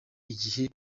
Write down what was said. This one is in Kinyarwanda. igihe